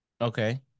Okay